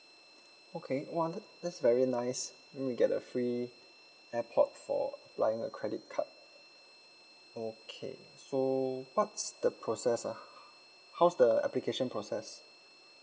okay !wah! that that's very nice let me get a free airpod for applying a credit card okay so what's the process ah how's the application process